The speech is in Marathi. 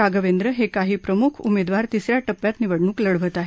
राघवेंद्र हे काही प्रमुख उमेदवार तिसऱ्या टप्प्यात निवडणूक लढवत आहेत